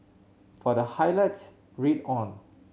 for the highlights read on